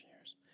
years